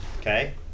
okay